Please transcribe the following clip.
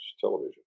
television